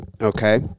okay